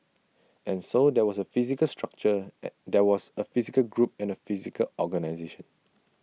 and so there was A physical structure at there was A physical group and A physical organisation